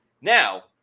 Now